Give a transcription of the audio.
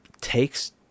takes